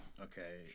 Okay